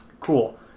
cool